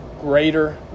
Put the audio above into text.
greater